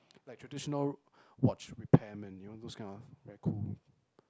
like traditional watch repairmen you know those kind of very cool